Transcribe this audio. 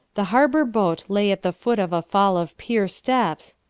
the harbour boat lay at the foot of a fall of pier steps,